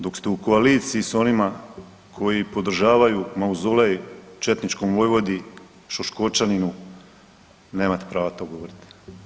Dok ste u koaliciji sa onima koji podržavaju mauzolej četničkom vojvodi Šoškočaninu nemate pravo to govoriti.